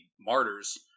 Martyrs